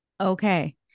Okay